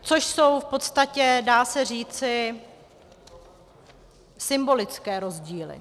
Což jsou v podstatě, dá se říci, symbolické rozdíly.